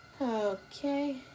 Okay